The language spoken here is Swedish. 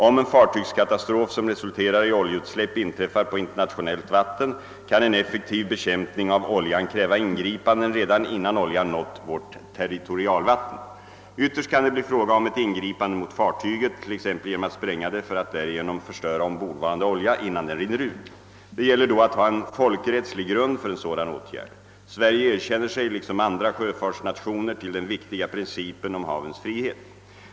Om en fartygskatastrof som resulterar i oljeutsläpp inträffar på internationellt vatten, kan en effektiv bekämpning av oljan kräva ingripande redan innan oljan nått vårt territorialvatten. Ytterst kan det bli fråga om ett ingripande mot fartyget, t.ex. genom att spränga det för att därigenom förstöra ombordvarande olja innan den rinner ut. Det gäller då att ha en folkrättslig grund för en sådan åtgärd. Sverige bekänner sig, liksom andra sjöfartsnationer, till den viktiga principen om havens frihet.